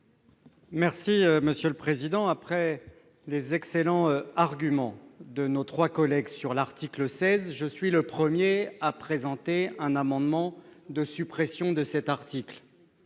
l'amendement n° 304. Après les excellents arguments de nos trois collègues sur l'article 16, je suis le premier à présenter un amendement de suppression de cet article,